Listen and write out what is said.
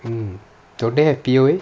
mm don't they have P_O_A